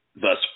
thus